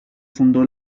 fundó